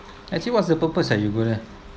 actually what's the purpose are you doing there